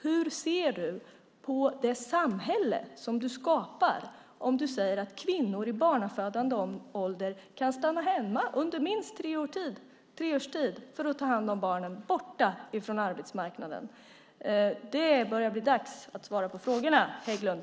Hur ser du på det samhälle som du skapar om du säger att kvinnor i barnafödande ålder kan stanna hemma under minst tre års tid för att ta hand om barnen - borta från arbetsmarknaden? Det börjar bli dags att svara på frågorna, Hägglund.